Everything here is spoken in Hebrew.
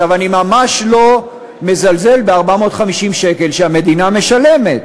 אני ממש לא מזלזל ב-450 השקלים שהמדינה משלמת,